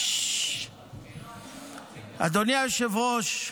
אדוני היושב-ראש,